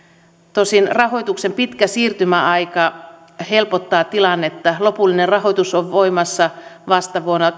tosin rahoituksen pitkä siirtymäaika helpottaa tilannetta lopullinen rahoitus on voimassa vasta vuonna